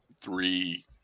three